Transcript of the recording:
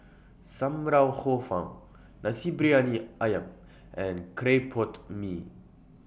SAM Lau Hor Fun Nasi Briyani Ayam and Clay Pot Mee